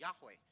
Yahweh